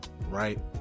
Right